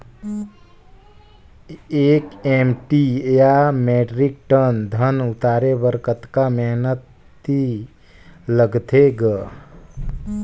एक एम.टी या metric tonne धन उतारे बर कतका मेहनती लगथे ग?